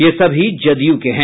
ये सभी जदयू के हैं